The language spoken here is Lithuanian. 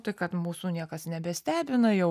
tai kad mūsų niekas nebestebina jau